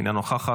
אינה נוכחת.